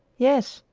yes,